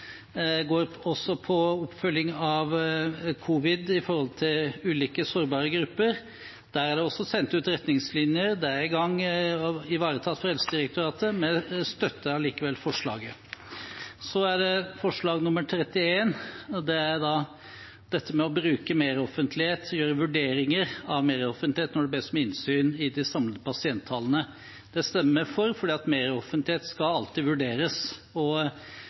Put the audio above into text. går også på oppfølging av covid-19 i forbindelse med ulike sårbare grupper. Der er det også sendt ut retningslinjer – det er i gang, ivaretatt av Helsedirektoratet. Vi støtter allikevel forslaget. Så er det forslag nr. 31. Det går på dette med å bruke meroffentlighet, gjøre vurderinger av meroffentlighet når det bes om innsyn i de samlede pasienttallene. Det stemmer vi for, for meroffentlighet skal alltid vurderes.